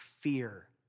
fear